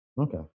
Okay